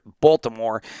Baltimore